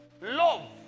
love